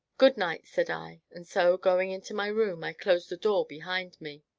good night! said i, and so, going into my room, i closed the door behind me.